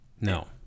No